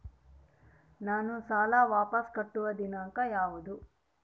ನಾನು ಸಾಲ ವಾಪಸ್ ಕಟ್ಟುವ ದಿನಾಂಕ ಯಾವುದು?